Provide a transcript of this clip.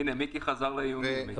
הינה, מיקי חזר לאיומים.